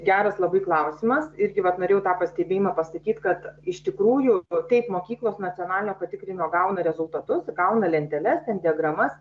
geras labai klausimas irgi vat norėjau tą pastebėjimą pasakyt kad iš tikrųjų taip mokyklos nacionalinio patikrino gauna rezultatus gauna lenteles ten diagramas